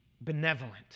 benevolent